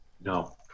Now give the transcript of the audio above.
No